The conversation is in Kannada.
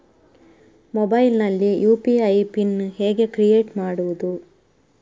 ಮೊಬೈಲ್ ನಲ್ಲಿ ಯು.ಪಿ.ಐ ಪಿನ್ ಹೇಗೆ ಕ್ರಿಯೇಟ್ ಮಾಡುವುದು?